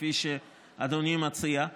כפי שאדוני מציע.